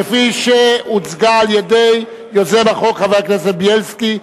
כפי שהוצגה על-ידי יוזם החוק, חבר הכנסת בילסקי.